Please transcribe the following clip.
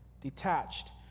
detached